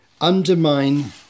undermine